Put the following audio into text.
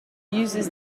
uses